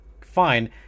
fine